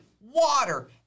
water